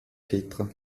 petra